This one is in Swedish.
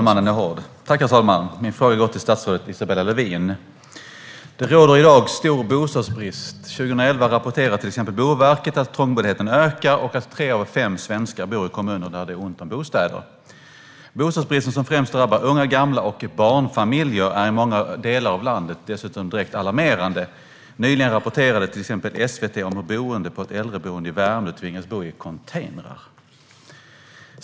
Herr talman! Min fråga går till statsrådet Isabella Lövin. Det råder i dag stor bostadsbrist. Boverket rapporterade 2011 att trångboddheten ökar och att tre av fem svenskar bor i kommuner där det är ont om bostäder. Bostadsbristen, som främst drabbar unga, gamla och barnfamiljer, är dessutom direkt alarmerande i många delar av landet. Nyligen rapporterade till exempel SVT om att boende på ett äldreboende i Värmdö tvingades att bo i containrar.